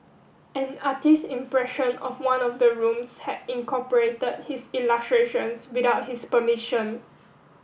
an artist impression of one of the rooms had incorporated his illustrations without his permission